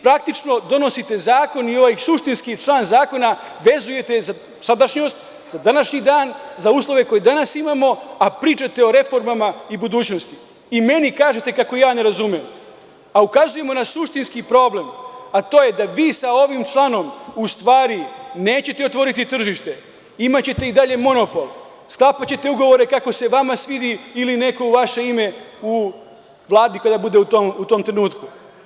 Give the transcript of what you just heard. Praktično donosite zakon i ovaj suštinski član zakona vezujete za sadašnjost, za današnji dan, za uslove koje danas imamo, a pričate o reformama i budućnosti i meni kažete kako ja ne razumem, a ukazujemo na suštinski problem, a to je da vi sa ovim članom u stvari nećete otvoriti tržište, imaćete i dalje monopol, sklapaćete ugovore kako se vama svidi ili neko u vaše ime u Vladi, ko bude u tom trenutku.